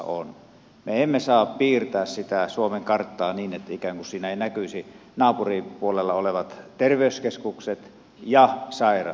me emme saa piirtää sitä suomen karttaa ikään kuin siinä eivät näkyisi naapurin puolella olevat terveyskeskukset ja sairaalat